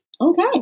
Okay